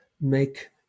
make